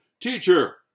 Teacher